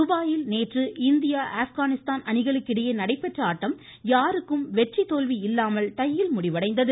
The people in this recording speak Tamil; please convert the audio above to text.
துபாயில் நேற்று இந்தியா ஆப்கானிஸ்தான் அணிகளுக்கிடையே நடைபெற்ற ஆட்டம் யாருக்கும் வெற்றி தோல்வி இல்லாமல் வுநையில் முடிவடைந்தது